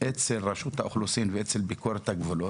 אצל רשות האוכלוסין ואצל ביקורת הגבולות.